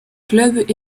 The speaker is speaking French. clubs